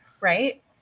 right